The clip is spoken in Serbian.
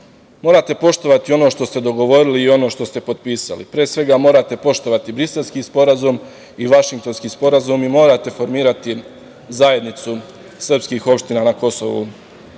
morate poštovati ono što ste dogovorili i ono što ste potpisali. Pre svega, morate poštovati Briselski sporazum i Vašingtonski sporazum i morate formirati zajednicu srpskih opština na KiM.Sve